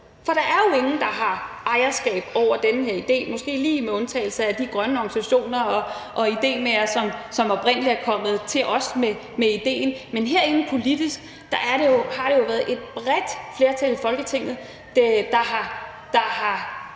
For der er jo ingen, der har ejerskab over den her idé, måske lige med undtagelse af de grønne organisationer og idémagere, som oprindelig er kommet til os med idéen. Men herinde politisk har det jo været et bredt flertal i Folketinget, der har